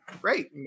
Great